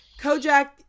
Kojak